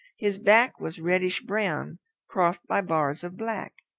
his back was reddish-brown crossed by bars of black.